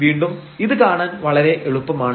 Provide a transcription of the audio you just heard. വീണ്ടും ഇത് കാണാൻ വളരെ എളുപ്പമാണ്